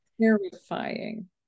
terrifying